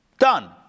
Done